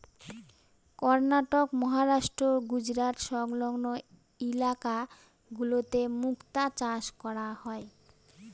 কর্ণাটক, মহারাষ্ট্র, গুজরাট সংলগ্ন ইলাকা গুলোতে মুক্তা চাষ করা হয়